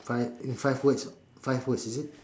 five in five words five words is it